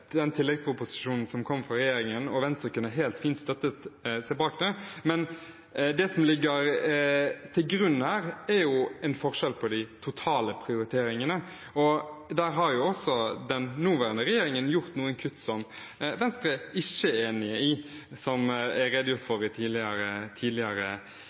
den tilleggsproposisjonen som kom fra regjeringen, som Venstre helt fint kunne støttet og stått bak, men det som ligger til grunn her, er jo en forskjell på de totale prioriteringene, og der har den nåværende regjeringen gjort noen kutt som Venstre ikke er enig i, som jeg redegjorde for i et tidligere